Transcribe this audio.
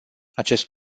acest